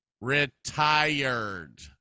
retired